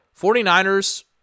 49ers